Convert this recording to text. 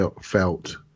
felt